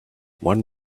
one